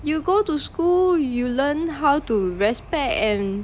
you go to school you learn how to respect and